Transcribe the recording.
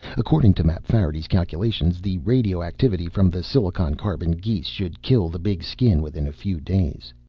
according to mapfarity's calculations, the radio-activity from the silicon-carbon geese should kill the big skin within a few days.